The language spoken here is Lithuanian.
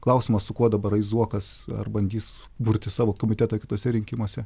klausimas su kuo dabar eis zuokas ar bandys burti savo komitetą kituose rinkimuose